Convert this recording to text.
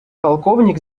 полковник